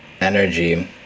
energy